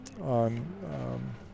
on